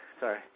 Sorry